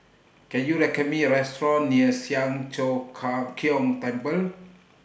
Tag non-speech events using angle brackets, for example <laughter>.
Can YOU recommend Me A Restaurant near Siang Cho <unintelligible> Keong Temple